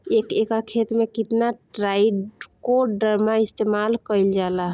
एक एकड़ खेत में कितना ट्राइकोडर्मा इस्तेमाल कईल जाला?